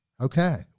Okay